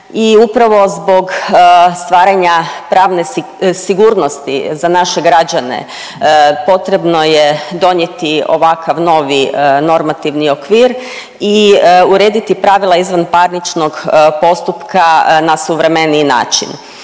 I upravo zbog stvaranja pravne sigurnosti za naše građane potrebno je donijeti ovakav novi normativni okvir i urediti pravila izvanparničnog postupka na suvremeniji način.